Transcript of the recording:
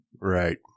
Right